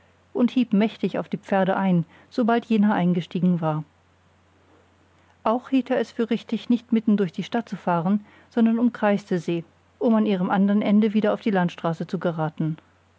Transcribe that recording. und hieb mächtig auf die pferde ein sobald jener eingestiegen war auch hielt er es für richtig nicht mitten durch die stadt zu fahren sondern umkreiste sie um an ihrem andern ende wieder auf die landstraße zu geraten